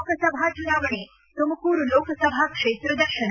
ಲೋಕಸಭಾ ಚುನಾವಣೆ ತುಮಕೂರು ಲೋಕಸಭಾ ಕ್ಷೇತ್ರ ದರ್ಶನ